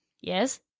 Yes